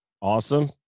Awesome